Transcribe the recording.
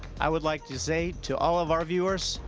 i would like to say to all of our viewers,